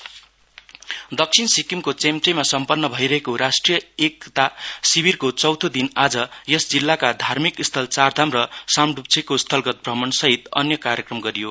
national integration camp दक्षिण सिक्किमको चेम्चेमा सम्पन्न भइरहेको राष्ट्रिय एकता शिविरको चौथो दिन आज यस जिल्लाका धार्मिक स्थल चार धाम र सामडुप्सेको स्थलगत भ्रमणसहि अन्य कार्यक्रम गरियो